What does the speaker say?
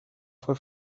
fue